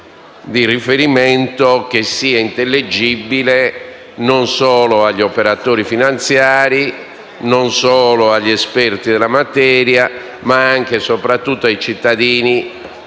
di riferimento che sia intelligibile non solo agli operatori finanziari e agli esperti della materia, ma anche e soprattutto ai cittadini